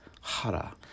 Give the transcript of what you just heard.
Hara